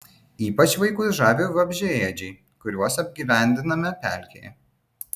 ypač vaikus žavi vabzdžiaėdžiai kuriuos apgyvendiname pelkėje